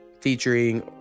featuring